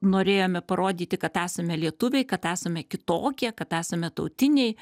norėjome parodyti kad esame lietuviai kad esame kitokie kad esame tautiniai